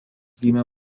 gimė